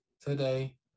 today